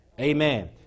Amen